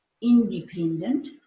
independent